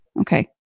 Okay